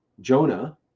Jonah